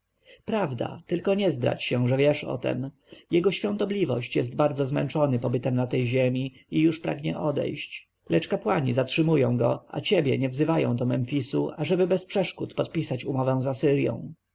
prawda tylko nie zdradź się że wiesz o tem jego świątobliwość jest bardzo zmęczony pobytem na tej ziemi i już pragnie odejść lecz kapłani zatrzymują go a ciebie nie wzywają do memfisu ażeby bez przeszkód podpisać umowę z